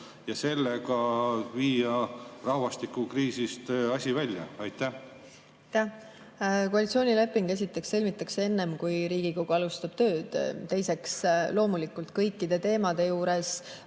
ja sellega tulla rahvastikukriisist välja. Aitäh! Esiteks, koalitsioonileping sõlmitakse enne, kui Riigikogu alustab tööd. Teiseks, loomulikult on kõikide teemade juures